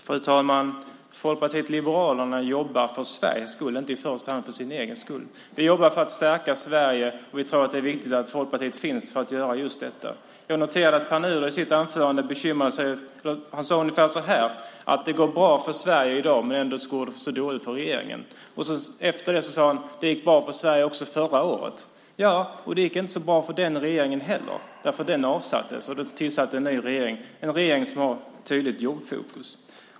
Fru talman! Folkpartiet liberalerna jobbar för Sveriges skull, inte i första hand för sin egen skull. Vi jobbar för att stärka Sverige och vi tror att det är viktigt att Folkpartiet finns för att göra just detta. Jag noterade att Pär Nuder i sitt anförande bekymrade sig. Han sade ungefär att det går bra för Sverige, och ändå så går det så dåligt för regeringen. Efter det sade han att det gick bra för Sverige också förra året. Ja, men det gick inte så bra för den regeringen heller. Den avsattes och det tillsattes en ny regering - en regering som har ett tydligt jobbfokus.